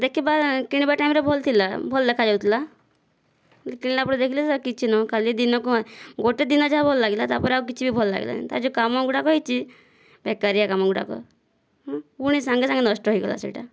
ଦେଖିବା କିଣିବା ଟାଇମରେ ଭଲ ଥିଲା ଭଲ ଦେଖାଯାଉଥିଲା କିଣିଲା ପରେ ଦେଖିଲି ସେରା କିଛି ନୁହଁ ଖାଲି ଦିନକ ଗୋଟିଏ ଦିନ ଯାହା ଭଲ ଲାଗିଲା ତାପରେ ଆଉ କିଛି ବି ଭଲ ଲାଗିଲାନି ତାର ଯେଉଁ କାମଗୁଡ଼ାକ ହୋଇଛି ବେକାରିଆ କାମଗୁଡ଼ାକ ପୁଣି ସାଙ୍ଗେ ସାଙ୍ଗେ ନଷ୍ଟ ହୋଇଗଲା ସେହିଟା